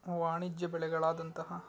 ವಾಣಿಜ್ಯ ಬೆಳೆಗಳಾದಂತಹ